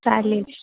चालेल